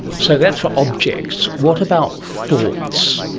so that's for objects. what about thoughts?